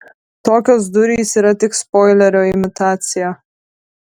tokios durys yra tik spoilerio imitacija